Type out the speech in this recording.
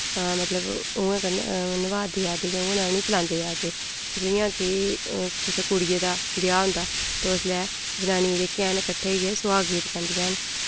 मतलब उ'ऐ कन्नै निभा दे आ दे जां उनै उ'नें चलै दे आ दे जि'यां कि कुसै कुड़िये दा ब्याह् होंदा ते उसलै जनानियां जेह्की हैन किट्ठे होइयै सुहाग गीत गांदियां न